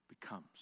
becomes